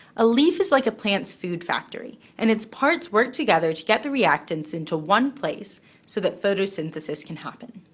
ah leaf is like a plant's food factory and its parts work together to get the reactants into one place so that photosynthesis can happen.